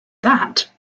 that